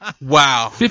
Wow